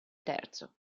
terzo